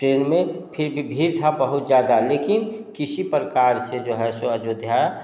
train में फिर भी भीड़ था बहुत ज़्यादा लेकिन किसी प्रकार से जो है सो अयोध्या